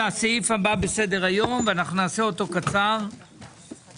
הישיבה ננעלה בשעה